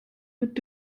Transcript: mit